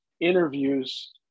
interviews